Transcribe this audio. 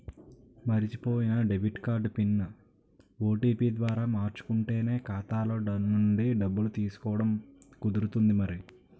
మర్చిపోయిన debit card PIN, OTP ద్వారా మార్చుకుంటేనే ఖాతాలో నుండి డబ్బులు తీసుకోవడం కుదురుతుంది మరి